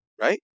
right